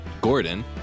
Gordon